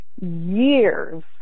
years